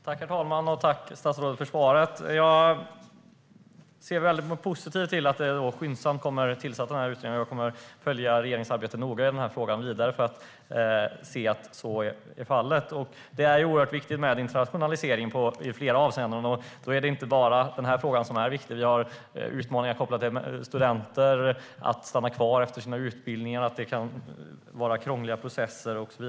Herr talman! Jag tackar statsrådet för svaret. Jag ser positivt på att det skyndsamt kommer att tillsättas en utredning, och jag kommer att följa regeringens arbete i denna fråga noga för att se att så blir fallet. Internationalisering är viktigt i flera avseenden. Det är inte bara denna fråga som är viktig. En utmaning är att få studenter att stanna kvar efter sin utbildning eftersom det kan vara en krånglig process.